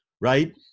right